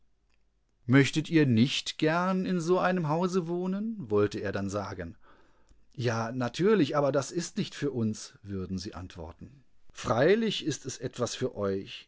möchtet ihr nicht gern in so einem hause wohnen wollte er dann sagen ja natürlich aber das ist nichts für uns würden sie antworten freilichistesetwasfüreuch ihrsolltjadiesgutehabenalszahlungfürden